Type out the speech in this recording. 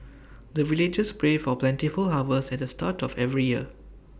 the villagers pray for plentiful harvest at the start of every year